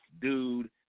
dude